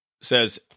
says